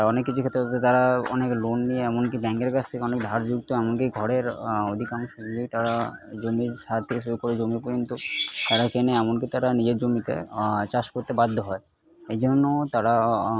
অনেক কিছুর ক্ষেত্রে তারা অনেক লোন নিয়ে এমনকি ব্যাঙ্কের কাছ থেকে অনেক ধারযুক্ত এমনকি ঘরের অধিকাংশ দিয়েই তারা জমির সার থেকে শুরু করে জমিও পর্যন্ত তারা কেনে এমনকি তারা নিজের জমিতে চাষ করতে বাধ্য হয় এই জন্য তারা